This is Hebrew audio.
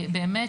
באמת,